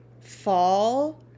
fall